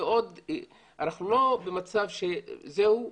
אנחנו לא במצב שזהו,